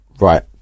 right